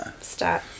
start